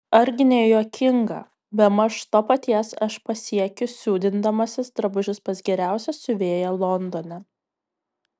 argi ne juokinga bemaž to paties aš pasiekiu siūdindamasis drabužius pas geriausią siuvėją londone